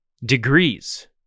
degrees